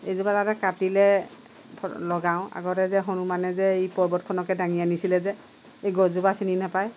এইজোপা যাতে কাটিলে লগাওঁ আগতে যে হনুমানে যে এই পৰ্বতখনকে দাঙি আনিছিলে যে এই গছজোপা চিনি নেপায়